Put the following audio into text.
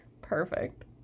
perfect